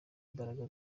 imbaraga